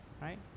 right